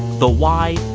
the why,